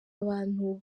abantu